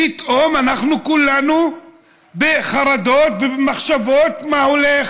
פתאום אנחנו כולנו בחרדות ובמחשבות מה הולך,